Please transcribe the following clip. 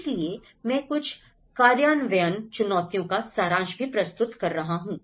इसलिए मैं कुछ कार्यान्वयन चुनौतियों का सारांश भी प्रस्तुत कर रहा हूं